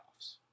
playoffs